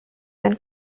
and